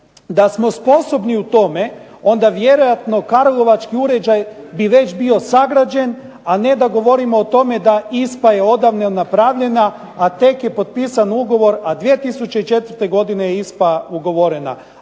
Da smo sposobni u tome onda vjerojatno karlovački uređaj bi već bio sagrađen a ne da govorimo o tome da ISPA odavno napravljena, a tek je potpisan ugovor, a 2004. godine je ISPA ugovorena.